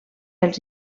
els